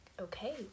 okay